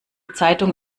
zeitung